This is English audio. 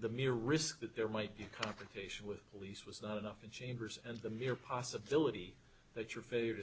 the mere risk that there might be a complication with police was not enough in chambers and the mere possibility that your failure to